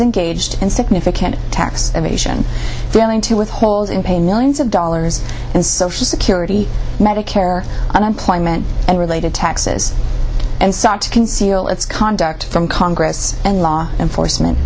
engaged in significant tax evasion failing to withhold and pay millions of dollars in social security medicare unemployment and related taxes and sought to conceal its conduct from congress and law enforcement